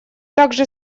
также